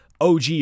OG